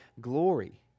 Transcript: glory